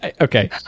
okay